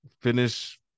finish